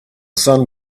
son